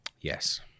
Yes